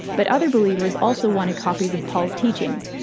but other believers also wanted copies of paul's teachings,